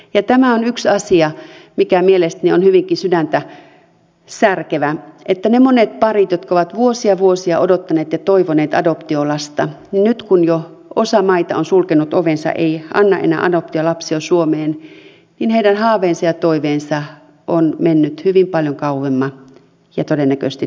ja tämä on yksi asia mikä mielestäni on hyvinkin sydäntäsärkevä että niiden monien parien jotka ovat vuosia vuosia odottaneet ja toivoneet adoptiolasta nyt kun jo osa maita on sulkenut ovensa ei anna enää adoptiolapsia suomeen haaveet ja toiveet ovat menneet hyvin paljon kauemmas ja todennäköisesti tavoittamattomiin